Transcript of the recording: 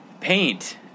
paint